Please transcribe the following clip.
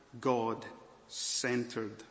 God-centered